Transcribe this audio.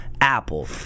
Apple